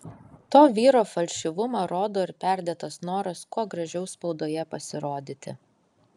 to vyro falšyvumą rodo ir perdėtas noras kuo gražiau spaudoje pasirodyti